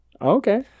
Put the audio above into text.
Okay